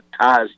ties